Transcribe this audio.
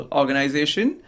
organization